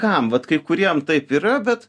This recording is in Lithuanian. kam vat kai kuriem taip yra bet